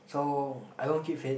so I don't keep fit